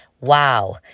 Wow